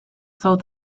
sold